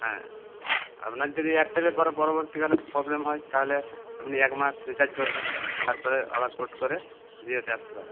হ্যাঁ আপনার যদি এয়ারটেলে পরে পরবর্তীকালে প্রবলেম হয় তাহলে আপনি এক মাস রিচার্জ করবেন তারপরে আবার পোর্ট করে জিওতে আসতে পারেন